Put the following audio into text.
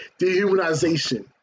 Dehumanization